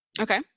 Okay